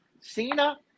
Cena